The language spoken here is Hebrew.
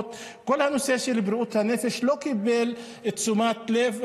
האחרונות כל הנושא של בריאות הנפש לא קיבל את תשומת הלב.